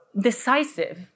decisive